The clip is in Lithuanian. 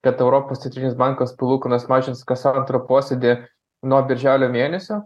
kad europos centrinis bankas palūkanas mažins kas antrą posėdį nuo birželio mėnesio